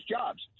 jobs